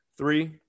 Three